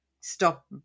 stop